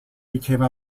became